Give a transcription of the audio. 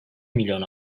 milyon